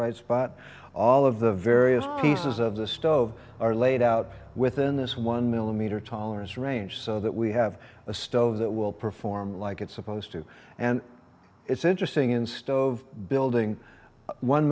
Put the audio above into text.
right spot all of the various pieces of the stove are laid out within this one millimeter tolerance range so that we have a stove that will perform like it's supposed to and it's interesting instead of building one